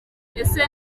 ese